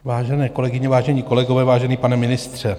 Vážené kolegyně, vážení kolegové, vážený pane ministře.